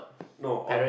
no on